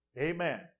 Amen